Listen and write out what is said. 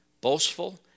boastful